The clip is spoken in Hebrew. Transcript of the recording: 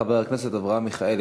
חבר הכנסת אברהם מיכאלי.